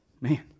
Man